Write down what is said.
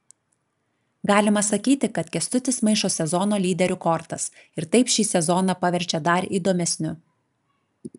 galima sakyti kad kęstutis maišo sezono lyderių kortas ir taip šį sezoną paverčia dar įdomesniu